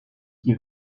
qui